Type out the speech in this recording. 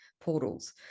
portals